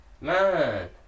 Man